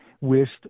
wished